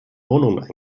wohnungen